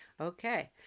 okay